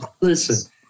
Listen